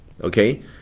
okay